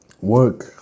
work